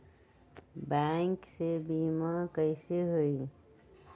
Bank से बिमा कईसे होई?